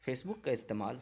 Facebook کا استعمال